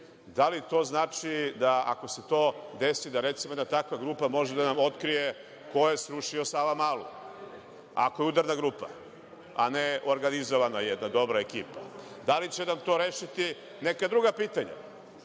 Da li to znači, ako se to desi, recimo, da jedna takva grupa može da nam otkrije ko je srušio Savamalu, ako je udarna grupa, a ne organizovana, jedna dobra ekipa? Da li će nam to rešiti neka druga pitanja? Vidimo,